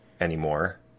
anymore